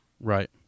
Right